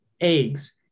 eggs